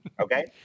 Okay